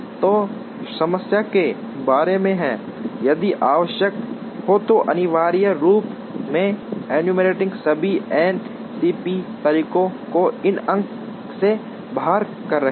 तो समस्या के बारे में है यदि आवश्यक हो तो अनिवार्य रूप से एन्यूमरेटिंग सभी एन सी पी तरीकों को एन अंक से बाहर कर रहे हैं